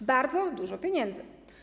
To bardzo dużo pieniędzy.